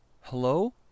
hello